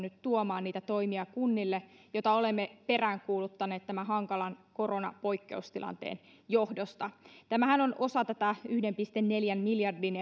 tuomaan kunnille niitä toimia joita olemme peräänkuuluttaneet tämän hankalan koronapoikkeustilanteen johdosta tämähän on osa tätä yhden pilkku neljän miljardin